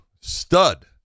Stud